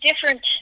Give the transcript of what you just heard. different